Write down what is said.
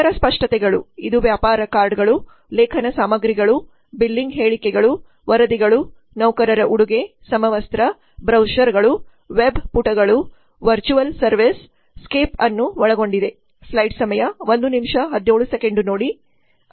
ಇತರ ಸ್ಪಷ್ಟತೆಗಳು ಇದು ವ್ಯಾಪಾರ ಕಾರ್ಡ್ಗಳು ಲೇಖನ ಸಾಮಗ್ರಿಗಳು ಬಿಲ್ಲಿಂಗ್ ಹೇಳಿಕೆಗಳು ವರದಿಗಳು ನೌಕರರ ಉಡುಗೆ ಸಮವಸ್ತ್ರ ಬ್ರೌಚರ್ಗಳು ವೆಬ್ ಪುಟಗಳು ಮತ್ತು ವರ್ಚುವಲ್ ಸರ್ವಿಸ್ ಸ್ಕೇಪ್ ಅನ್ನು ಒಳಗೊಂಡಿದೆ